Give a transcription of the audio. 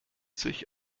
sich